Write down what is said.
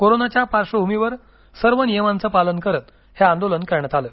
कोरोनाच्या पार्श्वभूमीवर सर्व नियमांचं पालन करत हे आंदोलन करण्यात आलं